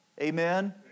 Amen